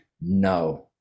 No